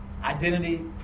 identity